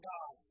God